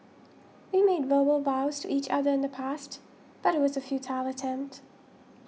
we made verbal vows to each other in the past but it was a futile attempt